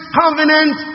covenant